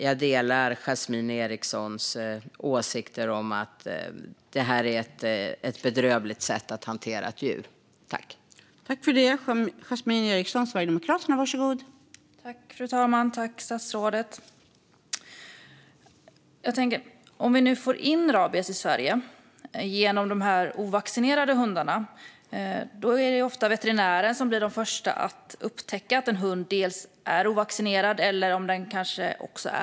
Jag delar Yasmine Erikssons åsikt att detta är ett bedrövligt sätt att hantera ett djur på.